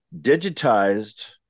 digitized